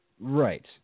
Right